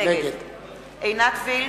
נגד עינת וילף,